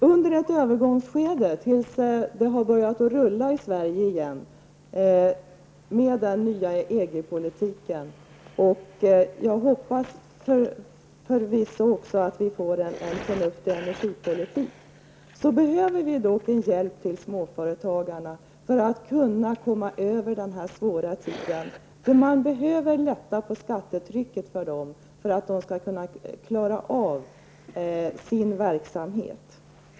Under ett övergångsskede -- tills det har börjat rulla i Sverige igen i och med den nya EG-politiken, och förhoppningsvis även i och med en förnuftig energipolitik -- behöver vi hjälp till småföretagarna för att de skall kunna komma över den här svåra tiden. Det behövs en lättnad av skattetrycket för dem för att de skall kunna klara av sin verksamhet.